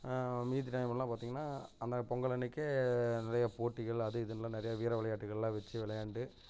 மீதி டைம்மில் எல்லாம் பார்த்திங்கனா அந்த பொங்கல் அன்றைக்கே நிறையா போட்டிகள் அது இதுன்னு எல்லாம் நிறைய வீர விளையாட்டுகள் எல்லாம் வச்சி விளையாண்டு